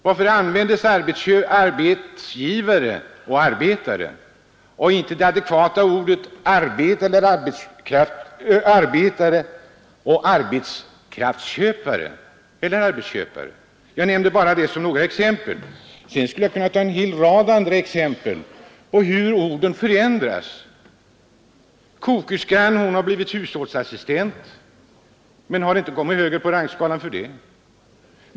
Varför användes orden arbetsgivare och arbetare och inte de adekvata orden arbetare och arbetskraftköpare — eller arbetsköpare. Jag nämnde dessa endast som exempel. Sedan skulle jag kunna ta en hel rad exempel på hur ordens valör förändras. Kokerskan har blivit hushållsassistent men har inte kommit högre på rangskalan för det.